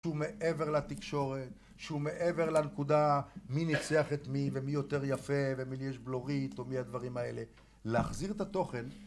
שהוא מעבר לתקשורת שהוא מעבר לנקודה מי נפסח את מי ומי יותר יפה ומי יש בלורית או מי הדברים האלה, להחזיר את התוכן